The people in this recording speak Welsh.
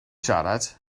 siarad